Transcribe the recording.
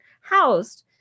housed